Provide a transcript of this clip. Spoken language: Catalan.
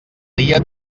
dia